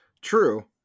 True